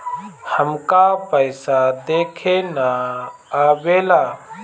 हमका पइसा देखे ना आवेला?